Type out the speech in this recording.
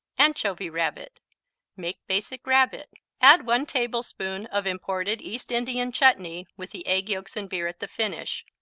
anchovy rabbit make basic rabbit, add one tablespoon of imported east indian chutney with the egg yolks and beer at the finish,